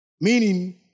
Meaning